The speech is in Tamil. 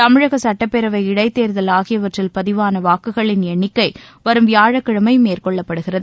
தமிழக சுட்டப்பேரவை இடைத்தேர்தல் ஆகியவற்றில் பதிவாள வாக்குகளின் எண்ணிக்கை் வரும் வியாழக்கிழமை மேற்கொள்ளப்படுகிறது